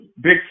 Big